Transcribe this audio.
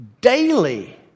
daily